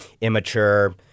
immature